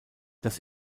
das